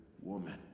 woman